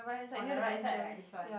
on the right side right this one